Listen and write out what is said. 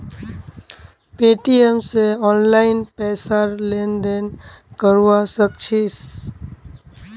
Paytm स online पैसार लेन देन करवा सक छिस